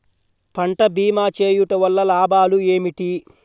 పంట భీమా చేయుటవల్ల లాభాలు ఏమిటి?